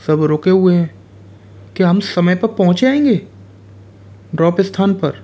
सब रुके हुए हैं क्या हम समय पर पहुँच जाएंगे ड्रॉप स्थान पर